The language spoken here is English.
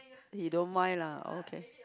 he don't mind lah okay